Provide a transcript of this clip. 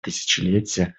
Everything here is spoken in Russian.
тысячелетия